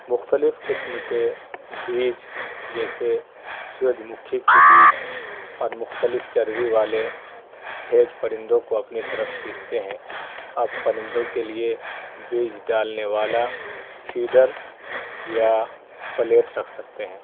مختلف قسم کے بیج جیسے سورج مکھی کے بیج اور مختلف چربی والے تیز پرندوں کو اپنی طرف کھینچتے ہیں اب پرندوں کے لیے بیج ڈالنے والا فیڈر یا پلیٹ رکھ سکتے ہیں